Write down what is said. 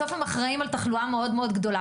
בסוף הם אחראיים על תחלואה מאוד גדולה.